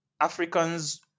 Africans